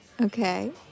Okay